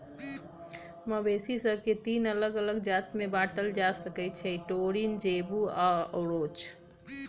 मवेशि सभके तीन अल्लग अल्लग जात में बांटल जा सकइ छै टोरिन, जेबू आऽ ओरोच